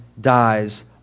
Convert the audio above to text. dies